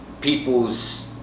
people's